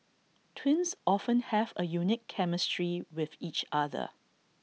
twins often have A unique chemistry with each other